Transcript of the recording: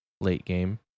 late-game